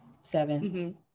seven